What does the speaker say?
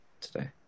today